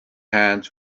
hands